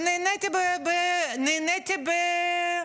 אז לכן ניגשתי ליו"ר